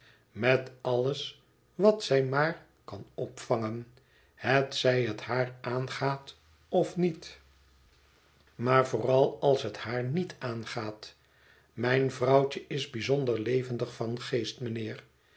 met alles wat zij maar kan opvangen hetzij het haar aangaat of niet maar vooral als het haar niet aangaat mijn vrouwtje is bijzonder levendig van geest mijnheer